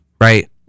Right